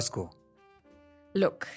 Look